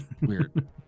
Weird